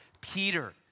Peter